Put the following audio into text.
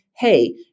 Hey